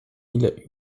mille